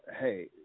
hey